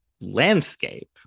landscape